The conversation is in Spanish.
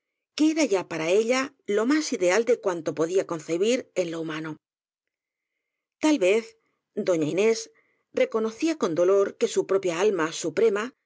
era ya para ella lo más ideal de cuanto podía concebir en lo humano tal vez doña inés reconocía con dolor que su propia alma suprema